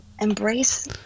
embrace